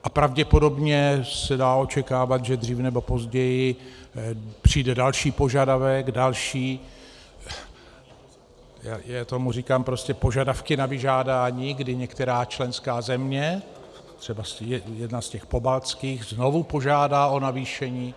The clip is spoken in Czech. A pravděpodobně se dá očekávat, že dřív nebo později přijde další požadavek, další já tomu říkám prostě požadavky na vyžádání, kdy některá členská země, třeba jedna z těch pobaltských, znovu požádá o navýšení.